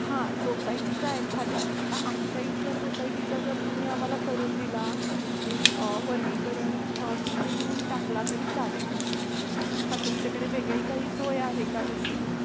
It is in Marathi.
हां सोसायटीचा एखाद्या आता आमच्या इथल्या सोसायटीचा जर तुम्ही आम्हाला करून दिला ते वर्गीकरण तिथे नऊून टाकला तरी चालेल हां तुमच्याकडे वेगळी काही सोय आहे का तशी